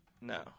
No